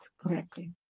correctly